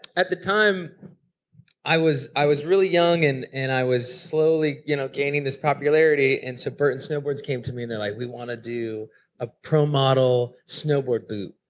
at the time i was i was really young and and i was slowly you know gaining this popularity and so burton snowboards came to me and they're like, we want to do a pro-model snowboard boot.